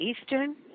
Eastern